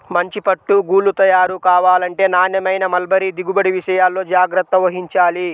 మంచి పట్టు గూళ్ళు తయారు కావాలంటే నాణ్యమైన మల్బరీ దిగుబడి విషయాల్లో జాగ్రత్త వహించాలి